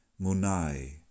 Munai